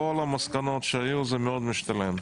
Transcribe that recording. כל המסקנות שהיו זה מאוד משתלם.